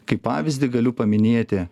kaip pavyzdį galiu paminėti